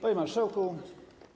Panie Marszałku!